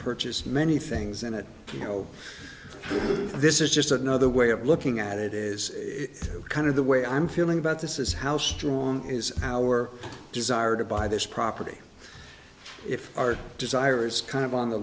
purchase many things in it you know this is just another way of looking at it is kind of the way i'm feeling about this is how strong is our desire to buy this property if our desire is kind of on the